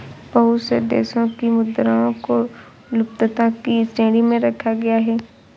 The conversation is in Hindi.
बहुत से देशों की मुद्राओं को लुप्तता की श्रेणी में रखा गया है